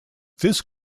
this